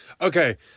Okay